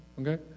okay